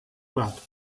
blood